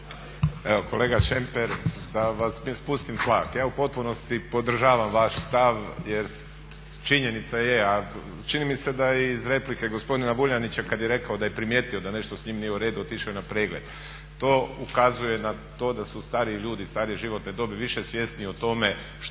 kolega Šemper da vas … ja u potpunosti podržavam vaš stav jer činjenica je, a čini mi se da iz replike gospodina Vuljanića kada je rekao da je primijetio da nešto s njim nije uredu otišao je na pregled, to ukazuje na to da su stariji ljudi starije životne dobi više svjesni o tome kakvi